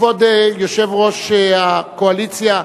כבוד יושב-ראש הקואליציה,